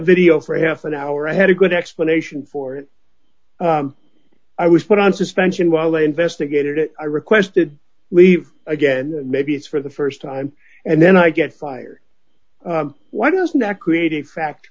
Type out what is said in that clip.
video for half an hour i had a good explanation for it i was put on suspension while they investigated it i requested leave again maybe it's for the st time and then i get fired why doesn't that create a fact